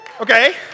Okay